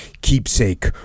keepsake